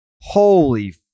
holy